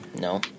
No